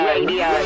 Radio